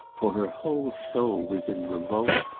for her whole soul was in revolt,